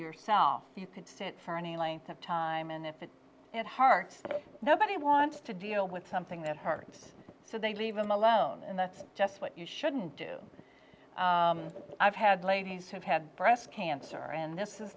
yourself you could sit for any length of time and if it's it hard nobody wants to deal with something that hard so they leave them alone and that's just what you shouldn't do i've had ladies have had breast cancer and this is